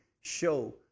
Show